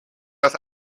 dass